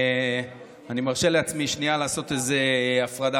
אני מרשה לעצמי שנייה לעשות איזו הפרדה.